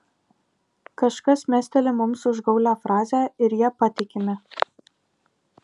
kažkas mesteli mums užgaulią frazę ir ja patikime